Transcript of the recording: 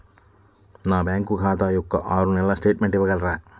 నా బ్యాంకు ఖాతా యొక్క ఆరు నెలల స్టేట్మెంట్ ఇవ్వగలరా?